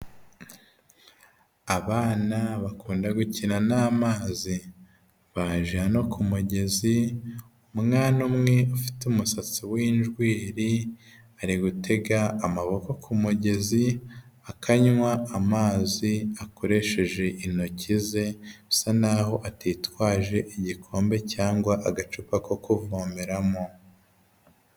Abana bakunda gukina n'amazi, baje hano ku mugezi umwana umwe ufite umusatsi w'injwiri ari gutega amaboko mugezi akanywa amazi akoresheje intoki ze usa n'aho atitwaje igikombe cyangwa agacupa ko kuvomeramo.